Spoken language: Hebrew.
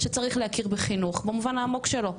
שצריך להכיר בחינוך במובן העמוק שלו,